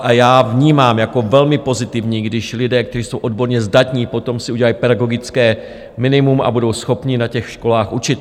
A já vnímám jako velmi pozitivní, když lidé, kteří jsou odborně zdatní, si potom udělají pedagogické minimum a budou schopni na školách učit.